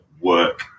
work